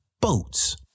boats